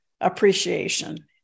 appreciation